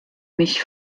mich